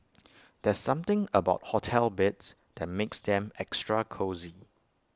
there's something about hotel beds that makes them extra cosy